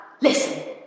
listen